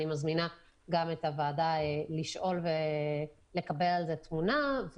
אני מזמינה גם את הוועדה לשאול ולקבל על זה תמונה.